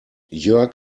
jörg